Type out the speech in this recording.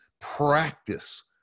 practice